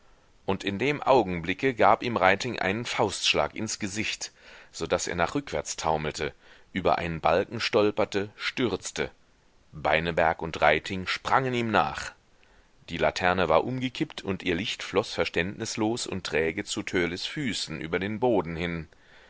und in dem augenblicke gab ihm reiting einen faustschlag ins gesicht so daß er nach rückwärts taumelte über einen balken stolperte stürzte beineberg und reiting sprangen ihm nach die laterne war umgekippt und ihr licht floß verständnislos und träge zu törleß füßen über den boden hin